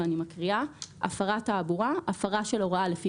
ואני מקריאה: "הפרת תעבורה" הפרה של הוראה לפי